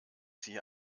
sie